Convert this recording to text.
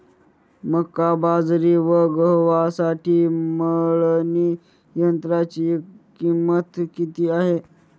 मका, बाजरी व गव्हासाठी मळणी यंत्राची किंमत किती आहे?